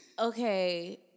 Okay